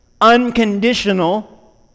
unconditional